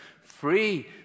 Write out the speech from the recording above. Free